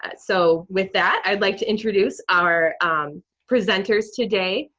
ah so with that, i'd like to introduce our presenters today.